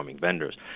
vendors